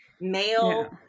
male